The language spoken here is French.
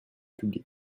publiques